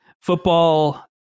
Football